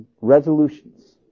resolutions